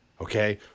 okay